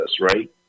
Right